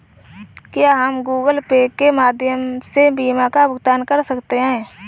क्या हम Google pay के माध्यम से बीमा का भुगतान कर सकते हैं?